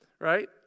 right